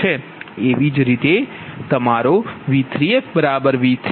તેવી જ રીતે તમારો V3fV30 Z34Z44V401